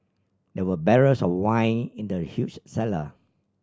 there were barrels of wine in the huge cellar